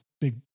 big